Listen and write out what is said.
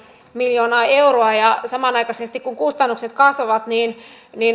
miljoonaa euroa ja samanaikaisesti kun kustannukset kasvavat